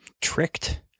tricked